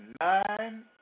nine